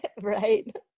Right